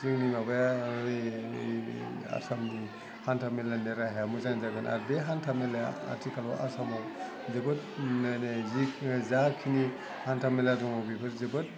जोंनि माबाया आसामनि हान्था मेलानि राहाया मोजां जागोन आरो बे हान्था मेलाया आथिखालाव आसामाव जोबोद माने जि जाखिनि हान्थामेला दङा बेफोर जोबोद